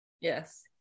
Yes